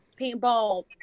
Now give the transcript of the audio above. paintball